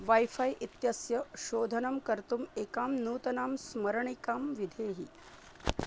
wifi इत्यस्य शोधनं कर्तुम् एकां नूतनां स्मरणिकां विधेहि